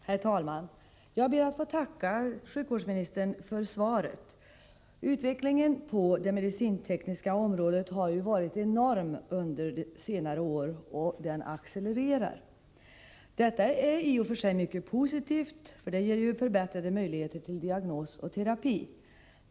Herr talman! Jag ber att få tacka sjukvårdsministern för svaret. Utvecklingen på det medicintekniska området har varit enorm under senare år, och den accelererar. Detta är i och för sig mycket positivt, för det ger förbättrade möjligheter till diagnos och terapi.